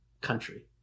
country